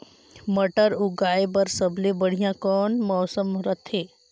मटर उगाय बर सबले बढ़िया कौन मौसम रथे?